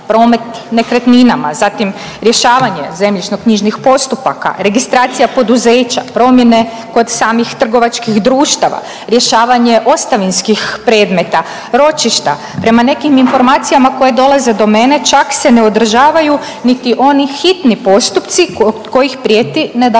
promet nekretninama zatim rješavanje zemljišno-knjižnih postupaka, registracija poduzeća, promjene kod samih trgovačkih društava, rješavanje ostavinskih predmeta, ročišta. Prema nekim informacijama koje dolaze do mene čak se ne održavaju niti oni hitni postupci kod kojih prijeti